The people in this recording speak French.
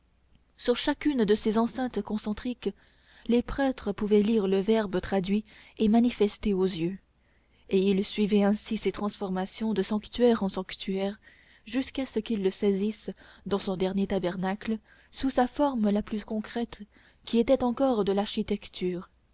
sur chacune de ses enceintes concentriques les prêtres pouvaient lire le verbe traduit et manifesté aux yeux et ils suivaient ainsi ses transformations de sanctuaire en sanctuaire jusqu'à ce qu'ils le saisissent dans son dernier tabernacle sous sa forme la plus concrète qui était encore de l'architecture